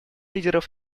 лидеров